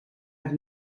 have